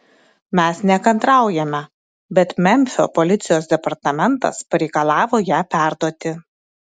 mes nekantraujame bet memfio policijos departamentas pareikalavo ją perduoti